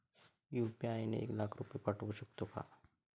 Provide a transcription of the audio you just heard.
UPI ने एक लाख रुपये पाठवू शकतो का?